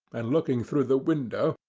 and, looking through the window,